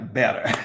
better